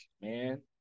Man